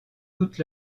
toute